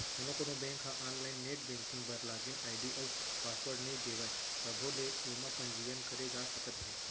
कोनो कोनो बेंक ह आनलाइन नेट बेंकिंग बर लागिन आईडी अउ पासवर्ड नइ देवय तभो ले एमा पंजीयन करे जा सकत हे